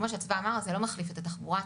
כמו שנאמר, זה לא מחליף את התחבורה הציבורית.